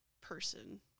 person